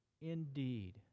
indeed